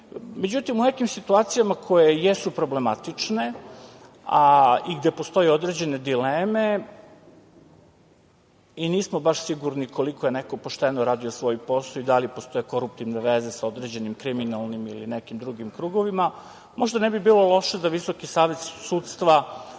karijeri.Međutim, u nekim situacijama koje jesu problematične i gde postoje određene dileme i nismo baš sigurni koliko je neko radio pošteno svoj posao i da li postoje koruptivne veze sa određenim kriminalnim ili nekim drugim krugovima. Možda ne bi bilo loše da Visoki savet sudstva